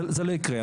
זה לא יקרה.